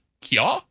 Kia